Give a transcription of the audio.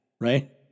right